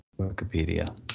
Wikipedia